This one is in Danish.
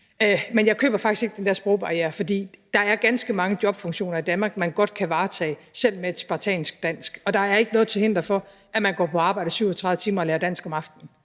Men jeg køber faktisk ikke den med sprogbarrieren, for der er ganske mange jobfunktioner i Danmark, man godt kan varetage selv med et spartansk dansk, og der er ikke noget til hinder for, at man går på arbejde 37 timer og lærer dansk om aftenen.